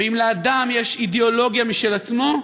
ואם לאדם יש אידיאולוגיה משל עצמו,